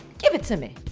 give it to me.